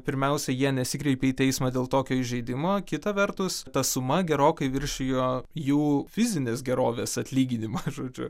pirmiausia jie nesikreipė į teismą dėl tokio įžeidimo kita vertus ta suma gerokai viršijo jų fizinės gerovės atlyginimą žodžiu